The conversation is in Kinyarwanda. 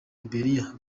liberia